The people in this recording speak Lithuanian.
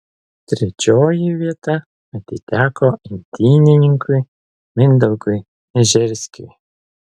trečioji vieta atiteko imtynininkui mindaugui ežerskiui